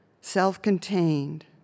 self-contained